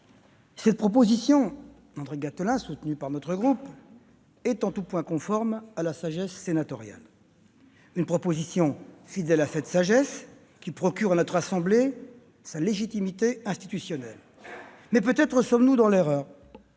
notre collège André Gattolin, soutenue par notre groupe, est en tout point conforme à la sagesse sénatoriale, et fidèle à cette sagesse qui procure à notre assemblée sa légitimité institutionnelle. Mais peut-être sommes-nous dans l'erreur